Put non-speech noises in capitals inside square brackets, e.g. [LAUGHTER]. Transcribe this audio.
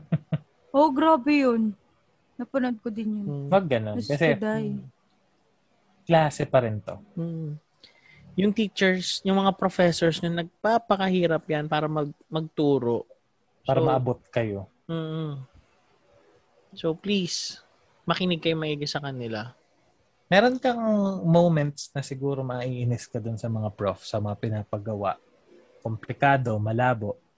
[LAUGHS] Oh, grabe 'yun. Napanood ko din 'yun. Mm. Wag ganun, Mas kasi, kulay. mm, klase pa rin 'to. Mm. Yung teachers, yung mga professors, 'yun, nagpapakahirap 'yan para mag- magturo. So- Para maabot kayo. Mm-mm. So, please, makinig kayo maigi sa kanila. Meron kang moments na siguro maiinis ka dun sa mga prof, sa mga pinapagawa. Komplikado, malabo.